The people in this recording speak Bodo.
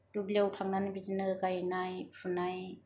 दुब्लियाव थांनानै बिदिनो गायनाय फुनाय